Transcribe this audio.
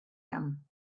him